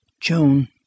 Joan